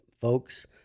folks